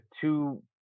two